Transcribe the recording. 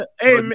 hey